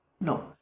No